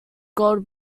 gold